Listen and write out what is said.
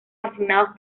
asignados